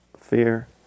fear